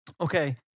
Okay